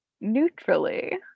neutrally